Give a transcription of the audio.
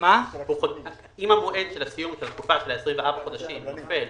אם מועד הסיום של התקופה של ה-24 חודשים נופל